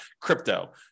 crypto